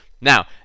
Now